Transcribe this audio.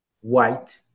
White